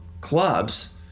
clubs